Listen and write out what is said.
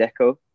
Deco